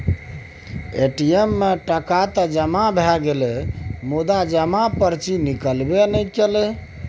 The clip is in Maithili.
ए.टी.एम मे टका तए जमा भए गेलै मुदा जमा पर्ची निकलबै नहि कएलै